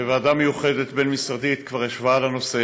וועדה בין-משרדית מיוחדת כבר ישבה על הנושא